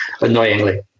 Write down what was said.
annoyingly